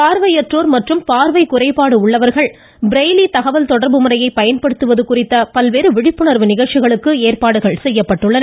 பார்வையற்றோர் மற்றும் பார்வை குறைபாடு உள்ளவர்கள் பிரெய்லி தகவல் தொடர்பு முறையை பயன்படுத்துவது குறித்த பல்வேறு விழிப்புணர்வு நிகழ்ச்சிகளுக்கு ஏற்பாடுகள் செய்யப்பட்டுள்ளன